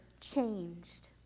changed